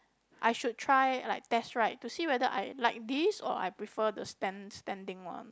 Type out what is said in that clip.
I should try like test ride to see whether I like this or I prefer the stand standing one